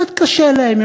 קצת קשה להם,